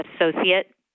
associate